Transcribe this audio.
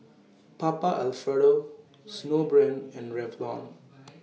Papa Alfredo Snowbrand and Revlon